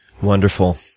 Wonderful